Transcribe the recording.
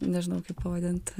nežinau kaip pavadint